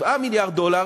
7 מיליארד דולר,